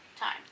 time